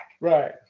right